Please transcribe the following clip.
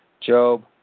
Job